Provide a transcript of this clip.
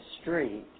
street